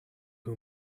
who